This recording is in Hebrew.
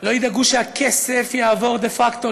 לא ידאגו שהכסף יעבור דה פקטו,